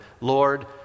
Lord